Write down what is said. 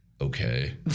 Okay